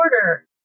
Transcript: order